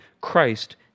Christ